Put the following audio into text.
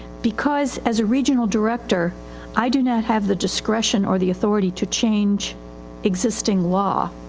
because as a regional director i do not have the discretion or the authority to change existing law.